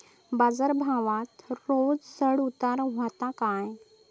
बाजार भावात रोज चढउतार व्हता काय?